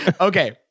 Okay